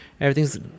Everything's